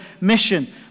mission